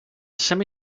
semi